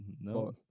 no